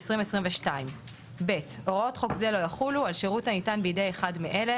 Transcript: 2022; הוראות חוק זה לא יחולו על שירות הניתן בידי אחד מאלה,